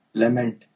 lament